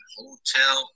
hotel